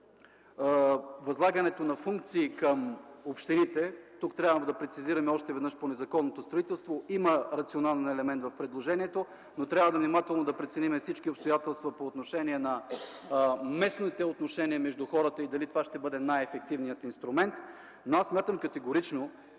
възлагането на функции към общините. Тук трябва да прецизираме още веднъж по незаконното строителство, има рационален елемент в предложението, но трябва внимателно да преценим всички обстоятелства по отношение на местните отношения между хората и дали това ще бъде най-ефективният инструмент, но аз категорично